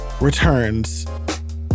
returns